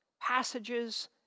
passages